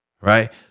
right